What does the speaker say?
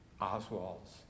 Oswald's